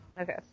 Okay